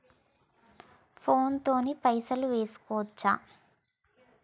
Phone తోని పైసలు వేసుకోవచ్చా?